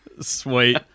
Sweet